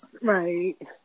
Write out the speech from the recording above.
Right